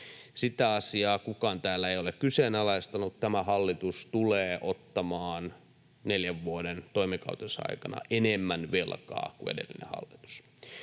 Sitä asiaa kukaan täällä ei ole kyseenalaistanut. Tämä hallitus tulee ottamaan neljän vuoden toimikautensa aikana enemmän velkaa kuin edellinen hallitus.